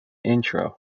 intro